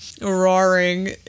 roaring